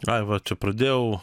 ai va čia pradėjau